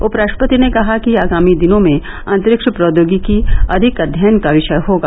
उपराष्ट्रपति ने कहा कि आगामी दिनों में अंतरिक्ष प्रौद्योगिकी अधिक अध्ययन का विषय होगा